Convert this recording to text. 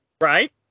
Right